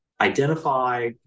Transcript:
identify